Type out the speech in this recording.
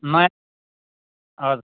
नयाँ हजुर